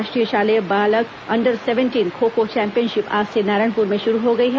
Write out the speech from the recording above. राष्ट्रीय शालेय बालक under seventeen kho kho championship आज से नारायणपुर में शुरू हो गई है